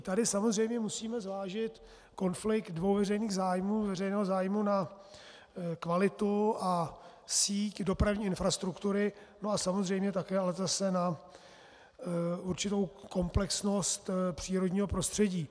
Tady samozřejmě musíme zvážit konflikt dvou veřejných zájmů: veřejného zájmu na kvalitu a síť dopravní infrastruktury, ale samozřejmě také zase na určitou komplexnost přírodního prostředí.